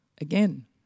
again